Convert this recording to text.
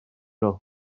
nhw